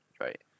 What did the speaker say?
right